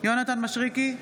יונתן מישרקי,